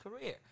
career